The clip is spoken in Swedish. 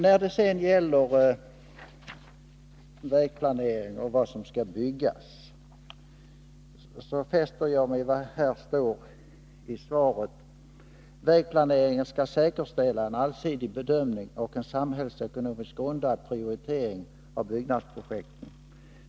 När det sedan gäller vägplanering och frågan om vilka vägar som skall byggas, fäster jag mig vid vad som står i svaret: ”Vägplaneringen skall säkerställa en allsidig bedömning och en samhällsekonomiskt grundad prioritering av byggnadsobjekten.